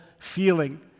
feeling